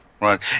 Right